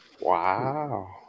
Wow